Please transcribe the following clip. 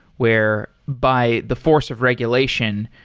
where by the force of regulation,